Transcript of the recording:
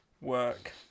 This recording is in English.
work